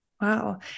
Wow